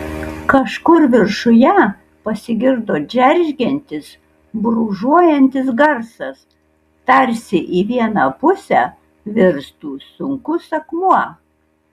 kažkur viršuje pasigirdo džeržgiantis brūžuojantis garsas tarsi į vieną pusę virstų sunkus akmuo